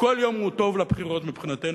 כל יום הוא טוב לבחירות מבחינתנו.